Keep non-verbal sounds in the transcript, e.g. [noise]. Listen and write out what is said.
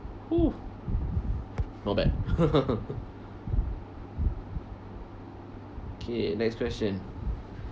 !oho! not bad [laughs] kay next question